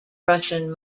russian